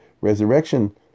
resurrection